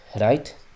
right